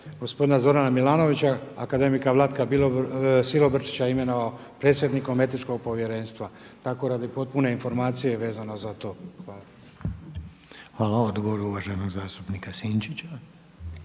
gospodina Zorana Milanovića, akademika Vlatka Silobrčića imenovao predsjednikom etičkog povjerenstva. Tako radi potpune informacije vezano za to. Hvala. **Reiner, Željko (HDZ)** Hvala. Odgovor uvaženog zastupnika Sinčića.